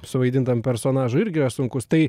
suvaidintam personažui irgi yra sunkus tai